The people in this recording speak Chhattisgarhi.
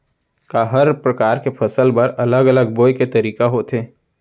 का हर प्रकार के फसल बर अलग अलग बोये के तरीका होथे?